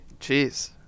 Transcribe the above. jeez